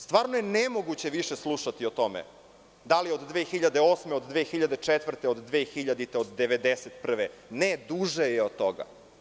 Stvarno je nemoguće više slušati o tome da li od 2008, 2004, 2000, od 1991. godine, ne, duže je od toga.